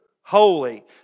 holy